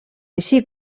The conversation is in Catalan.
així